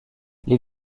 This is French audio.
les